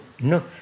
no